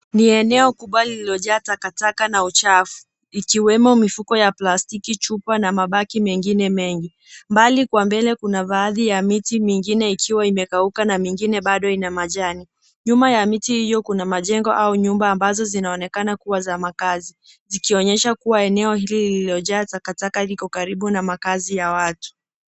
Ni eneo kubwa lililojaa takataka na uchafu, ikiwemo mifuko ya plastiki, chupa na mabaki mengine mengi. Mbali kwa mbele kuna baadhi ya miti mingine ikiwa imekauka na mingine baado ina majani. Nyuma ya miti hiyo kuna majengo au nyumba ambazo zinaonekana kuwa za makaazi, zikionyesha kuwa eneo hili lililojaa takataka liko karibu na makaazi ya watu.